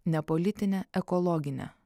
nepolitinę ekologinę